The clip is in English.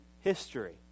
history